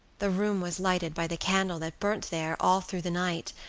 the room was lighted by the candle that burnt there all through the night,